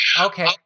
okay